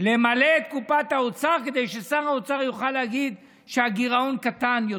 למלא את קופת האוצר כדי ששר האוצר יוכל להגיד שהגירעון קטן יותר,